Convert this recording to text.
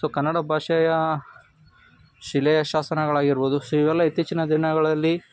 so Kannada ಭಾಷೆಯ ಶಿಲೆಯ ಶಾಸನಗಳಾಗಿರ್ಬೋದು ಸೊ ಇವೆಲ್ಲ ಇತ್ತೀಚಿನ ದಿನಗಳಲ್ಲಿ